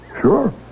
sure